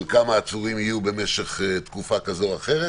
כמה עצורים יהיו במשך תקופה כזאת או אחרת,